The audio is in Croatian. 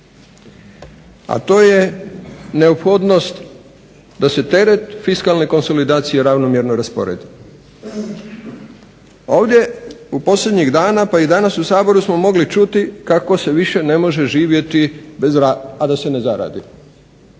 a to je neophodnost da se teret fiskalne konsolidacije ravnomjerno rasporedi. Ovdje u posljednjih dana pa i danas u Saboru smo mogli čuti kako se više ne može živjeti a da se ne zaradi